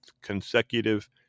consecutive